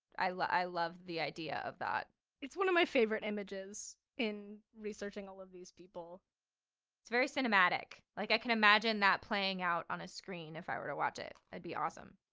i love i love the idea of that it's one of my favorite images in researching all of these people it's very cinematic. like i can imagine that playing out on a screen if i were to watch it, that'd and be awesome.